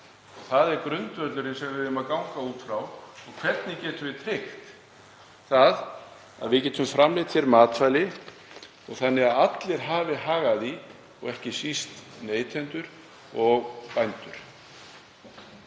Það er grundvöllurinn sem við eigum að ganga út frá og hvernig við getum tryggt að við getum framleitt hér matvæli þannig að allir hafi hag af því, og ekki síst neytendur og bændur.